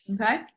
Okay